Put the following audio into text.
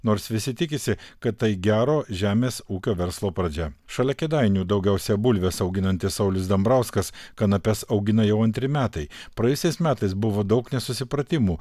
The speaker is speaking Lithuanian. nors visi tikisi kad tai gero žemės ūkio verslo pradžia šalia kėdainių daugiausia bulves auginantis saulius dambrauskas kanapes augina jau antri metai praėjusiais metais buvo daug nesusipratimų